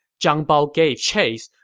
zhang bao gave chase,